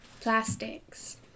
Plastics